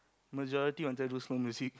majority wanted to do slow music